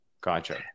Gotcha